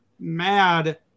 mad